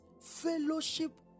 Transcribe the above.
fellowship